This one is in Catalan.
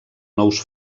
nous